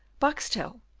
boxtel,